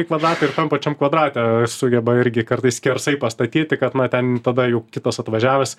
į kvadratą ir tam pačiam kvadrate sugeba irgi kartais skersai pastatyti kad na ten tada jau kitas atvažiavęs